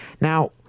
Now